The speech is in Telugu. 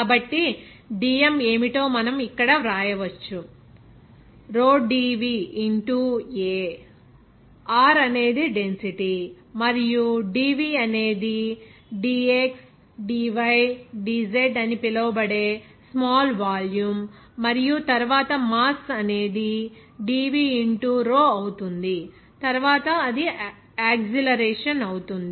కాబట్టి dm ఏమిటో మనం ఇక్కడ వ్రాయవచ్చు rho dV into a r అనేది డెన్సిటీ మరియు dV అనేది dxdydz అని పిలువబడే స్మాల్ వాల్యూమ్ మరియు తరువాత మాస్ అనేది dV ఇంటూ rho అవుతుంది తరువాత అది యాక్సిలరేషన్ అవుతుంది